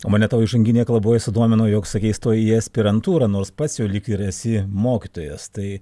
mane tavo įžanginėje kalboje sudomino jog sakei stojai į aspirantūrą nors pats jau lyg ir esi mokytojas tai